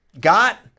got